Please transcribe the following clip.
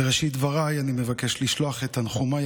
בראשית דבריי אני מבקש לשלוח את תנחומיי